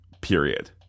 period